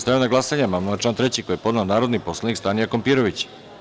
Stavljam na glasanje amandman na član 3. koji je podnela narodni poslanik Stanija Kompirović.